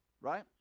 right